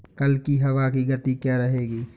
कल की हवा की गति क्या रहेगी?